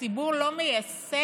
הציבור לא מיישם.